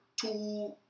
two